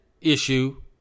issue